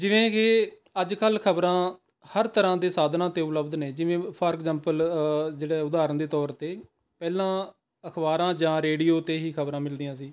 ਜਿਵੇਂ ਕਿ ਅੱਜ ਕੱਲ੍ਹ ਖਬਰਾਂ ਹਰ ਤਰ੍ਹਾਂ ਦੇ ਸਾਧਨਾਂ ਤੇ ਉਪਲੱਬਧ ਨੇ ਜਿਵੇਂ ਫੋਰ ਇੰਗਜ਼ਾਪਲ ਜਿਹੜਾ ਉਦਾਹਰਣ ਦੇ ਤੌਰ 'ਤੇ ਪਹਿਲਾਂ ਅਖਬਾਰਾਂ ਜਾਂ ਰੇਡੀਓ 'ਤੇ ਹੀ ਖ਼ਬਰਾਂ ਮਿਲਦੀਆਂ ਸੀ